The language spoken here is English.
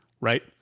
right